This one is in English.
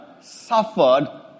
suffered